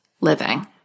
living